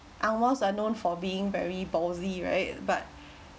ang moh are known for being very boldly right but